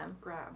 grab